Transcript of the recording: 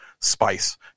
spice